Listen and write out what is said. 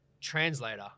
translator